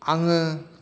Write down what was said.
आङो